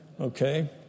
Okay